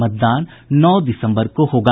मतदान नौ दिसम्बर को होगा